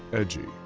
edgy.